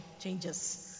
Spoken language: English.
changes